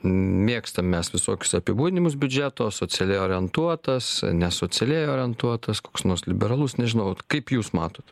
mėgstam mes visokius apibūdinimus biudžeto socialiai orientuotas ne socialiai orientuotas koks nors liberalus nežinau vat kaip jūs matote